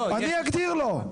אני אגדיר לו.